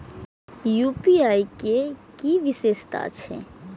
UPI के कि विषेशता छै?